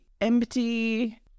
empty